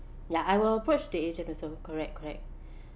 ya I will approach the agent also correct correct